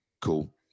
Cool